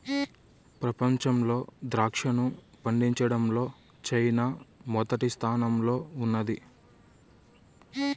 ప్రపంచంలో ద్రాక్షను పండించడంలో చైనా మొదటి స్థానంలో ఉన్నాది